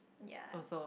ya